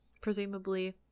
presumably